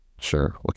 Sure